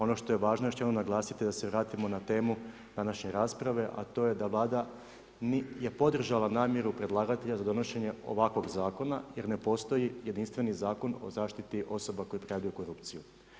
Ono što je važno još ćemo naglasiti da se vratimo na temu današnje rasprave, a to je da Vlada je podržala namjeru predlagatelja za donošenje ovakvog zakna, jer ne postoji jedinstveni zakon o zaštiti osoba koji prijavljuju korupciju.